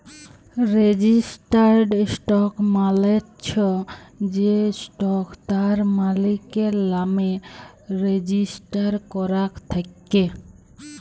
registered stock মালে চ্ছ যে স্টক তার মালিকের লামে রেজিস্টার করাক থাক্যে